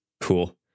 cool